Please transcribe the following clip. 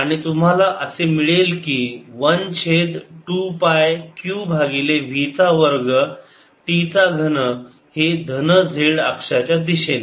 आणि तुम्हाला असे मिळेल की 1 छेद 2 पाय q भागिले v चा वर्ग t चा घन हे धन z अक्षाच्या दिशेने